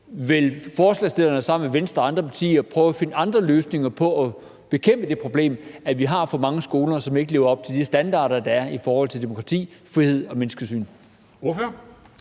Vil forslagsstillerne sammen med Venstre og andre partier prøve at finde andre løsninger på at bekæmpe det problem, at vi har for mange skoler, som ikke lever op til de standarder, der er, i forhold til demokrati, frihed og menneskesyn?